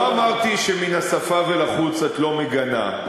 לא אמרתי שמן השפה ולחוץ את לא מגנה.